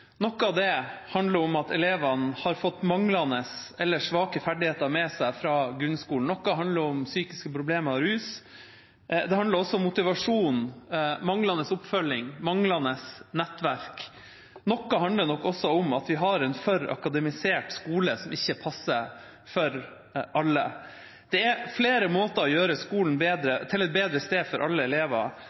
Noe av det handler om at elevene har fått manglende eller svake ferdigheter med seg fra grunnskolen, noe handler om psykiske problemer og rus. Det handler også om motivasjon, manglende oppfølging og manglende nettverk. Noe handler nok også om at vi har en for akademisert skole, som ikke passer for alle. Det er flere måter å gjøre skolen til et bedre sted for alle elever